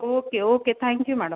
okay okay thank you madam